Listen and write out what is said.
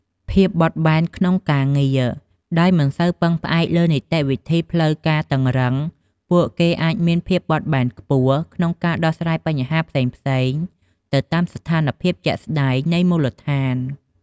មានភាពបត់បែនក្នុងការងារ ដោយមិនសូវពឹងផ្អែកលើនីតិវិធីផ្លូវការតឹងរ៉ឹង ពួកគេអាចមាន ភាពបត់បែនខ្ពស់ ក្នុងការដោះស្រាយបញ្ហាផ្សេងៗទៅតាមស្ថានភាពជាក់ស្តែងនៃមូលដ្ឋាន។